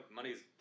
money's